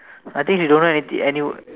I think she don't know anything any word